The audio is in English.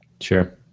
Sure